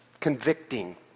convicting